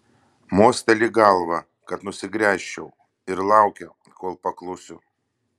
mosteli galva kad nusigręžčiau ir laukia kol paklusiu